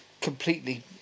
completely